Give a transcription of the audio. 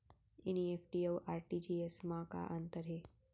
NEFT अऊ RTGS मा का अंतर हे?